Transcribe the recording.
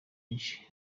benshi